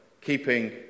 keeping